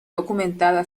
documentada